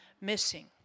missing